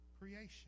creation